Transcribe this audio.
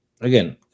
again